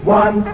one